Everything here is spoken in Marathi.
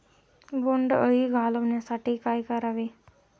बोंडअळी घालवण्यासाठी काय करावे?